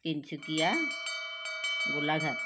Tinsukia Golaghat